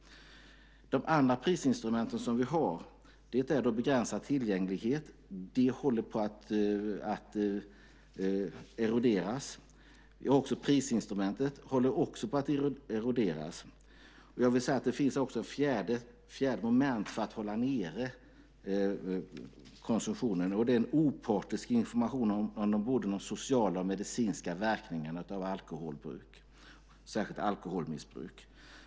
De andra instrument vi har är begränsad tillgänglighet, vilket håller på att eroderas. Vi har också prisinstrumentet, som också håller på att eroderas. Jag vill säga att det också finns ett fjärde moment för att hålla nere konsumtionen, och det är opartisk information om både de sociala och de medicinska verkningarna av alkoholbruk, särskilt alkoholmissbruk.